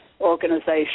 organization